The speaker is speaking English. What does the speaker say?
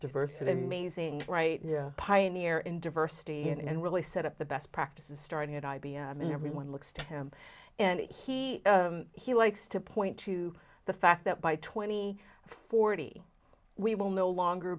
diversity mazing right now pioneer in diversity and really set up the best practices starting at i b m and everyone looks to him and he he likes to point to the fact that by twenty forty we will no longer